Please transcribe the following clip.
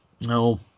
no